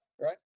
right